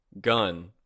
Gun